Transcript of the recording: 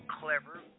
clever